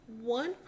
One